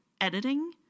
editing